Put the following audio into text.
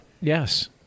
Yes